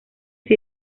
que